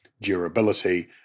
durability